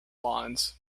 lawns